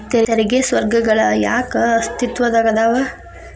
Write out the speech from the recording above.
ತೆರಿಗೆ ಸ್ವರ್ಗಗಳ ಯಾಕ ಅಸ್ತಿತ್ವದಾಗದವ